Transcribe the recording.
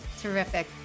Terrific